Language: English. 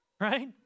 Right